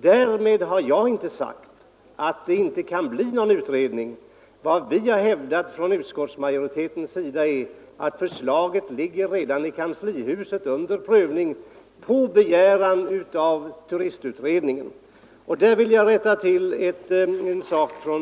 Därmed har jag inte sagt att det inte kan bli någon utredning. Vad utskottsmajoriteten har framhållit är att förslaget redan prövas i kanslihuset på begäran av turistutredningen. Här vill jag rätta till ett litet missförstånd.